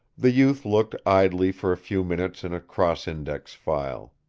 the youth looked idly for a few minutes in a crossindex file.